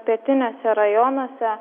pietiniuose rajonuose